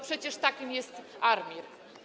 Przecież taką jest ARMiR.